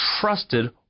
trusted